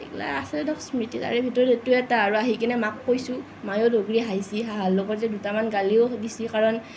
এইবিলাক আছে দিয়ক স্মৃতি তাৰে ভিতৰত সেইটো এটা আৰু আহি কেনে মাক কৈছোঁ মায়েও ৰৈ বৈ হাঁহছি হাঁহাৰ লগতে দুটামান গালিও দিছে কাৰণ